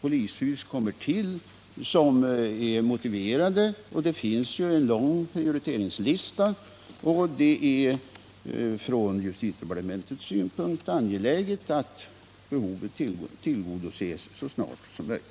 polishus kommer till som är motiverade. Det finns en lång prioriteringslista, och det är från justitiedepartementets synpunkt angeläget att behoven tillgodoses så snart som möjligt.